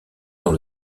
dans